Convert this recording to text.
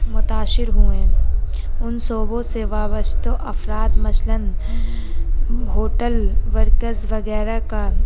متاثر ہوئے ان شعبوں سے وابستہ افراد مثلاً ہوٹل ورکرز وغیرہ کا